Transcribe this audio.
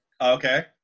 Okay